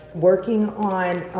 working on